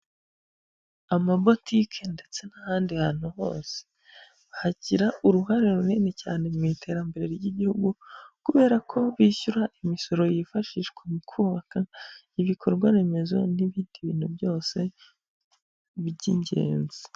Amabotiki ndetse n'ahandi hantu hose hagira uruhare runini cyane mu iterambere ry'igihugu; kubera ko bishyura imisoro yifashishwa mu kubaka ibikorwa remezo n'ibindi bintu byose by'ingenzi.